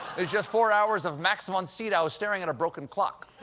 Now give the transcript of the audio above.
that's just four hours of max van sydow staring at a broken clock.